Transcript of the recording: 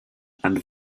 and